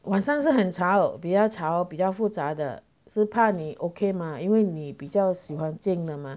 晚上是很吵比较吵比较复杂的只怕你 okay 吗因为你比较喜欢静的吗